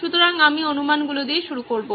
সুতরাং আমি অনুমানগুলি দিয়ে শুরু করব